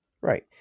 Right